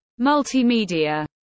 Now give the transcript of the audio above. Multimedia